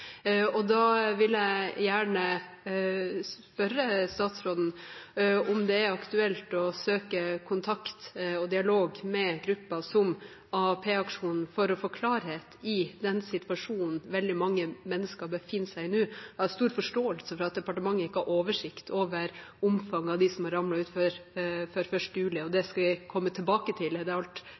Da vil jeg gjerne spørre statsråden om det er aktuelt å søke kontakt og dialog med grupper som AAP-aksjonen for å få klarhet i denne situasjonen som veldig mange mennesker befinner seg i nå. Jeg har stor forståelse for at departementet ikke har oversikt over omfanget av dem som har ramlet utenfor før 1. juli, og det tyder alt på at vi skal komme tilbake til,